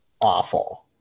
awful